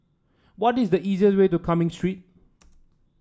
what is the easiest way to Cumming Street